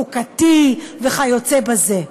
חוקתי וכיוצא בזה.